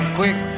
quick